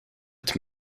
het